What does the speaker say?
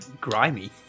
Grimy